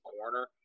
corner